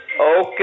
Okay